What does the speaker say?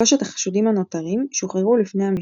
שלושת החשודים הנותרים שוחררו לפני המשפט,